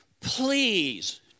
please